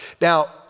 Now